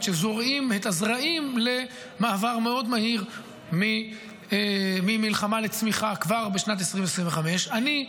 שזורעות את הזרעים למעבר מאוד מהיר ממלחמה לצמיחה כבר בשנת 2025. אני,